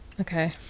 okay